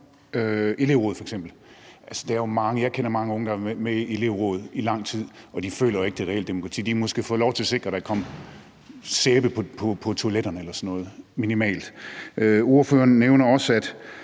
elevråd. Jeg kender mange unge, der har været med i elevråd i lang tid, og de føler jo ikke, at det reelt er demokrati. De har måske fået lov til at sikre, at der kom sæbe på toiletterne eller sådan noget minimalt. Ordføreren nævner også